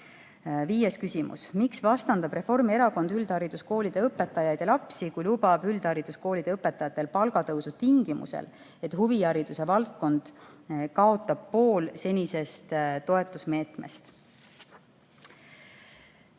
Viies küsimus: "Miks vastandab Reformierakond üldhariduskoolide õpetajaid ja lapsi, kui lubab üldhariduskoolide õpetajatele palgatõusu tingimusel, et huvihariduse valdkond kaotab pool senisest toetusmeetmest?"